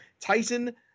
Tyson